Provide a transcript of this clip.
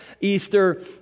Easter